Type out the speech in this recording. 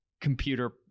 computer